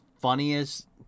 funniest